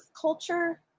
culture